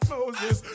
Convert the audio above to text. Moses